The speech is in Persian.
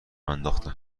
انداختن